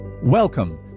Welcome